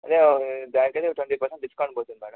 అదే ఒక దానికి వెళ్లి ఒక ట్వంటీ పర్సెంట్ డిస్కౌంట్ పోతుంది మేడం